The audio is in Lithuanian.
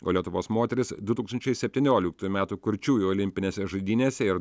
o lietuvos moterys du tūkstančiai septynioliktųjų metų kurčiųjų olimpinėse žaidynėse ir